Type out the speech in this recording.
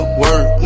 work